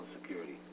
Security